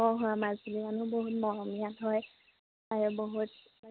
অঁ হয় মাজুলী মানুহ বহুত মৰমীয়াল হয় আৰু বহুত